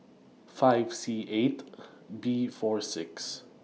five C eight B four six